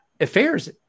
affairs